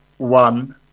One